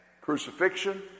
crucifixion